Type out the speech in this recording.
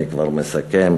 אני כבר מסכם.